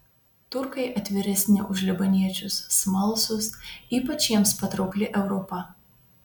turkai atviresni už libaniečius smalsūs ypač jiems patraukli europa